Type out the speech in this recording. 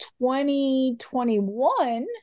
2021